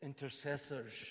intercessors